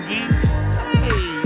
Hey